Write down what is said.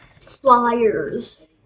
flyers